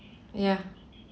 ya